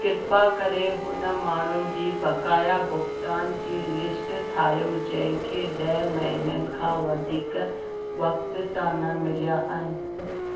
कृपा करे हुन माण्हुनि जी बकाया भुगतान जी लिस्ट ठाहियो जंहिंखे ॾह महीननि खां वधीक वक़्त सां न मिलिया आहिनि